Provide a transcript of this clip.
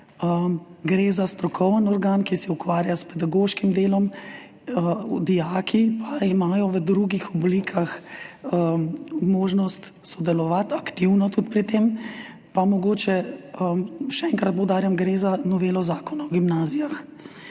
gre za strokovni organ, ki se ukvarja s pedagoškim delom, dijaki pa imajo v drugih oblikah možnost aktivno sodelovati tudi pri tem. Še enkrat poudarjam, gre za novelo Zakona o gimnazijah.